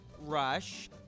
Rush